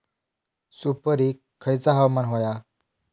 सुपरिक खयचा हवामान होया?